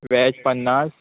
veg पन्नास